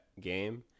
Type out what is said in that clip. game